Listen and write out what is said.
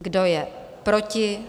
Kdo je proti?